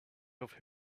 have